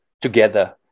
together